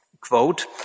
quote